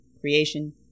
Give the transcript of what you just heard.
creation